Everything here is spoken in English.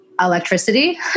electricity